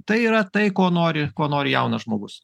tai yra tai ko nori ko nori jaunas žmogus